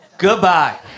Goodbye